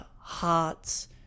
hearts